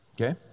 Okay